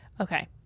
okay